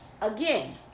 again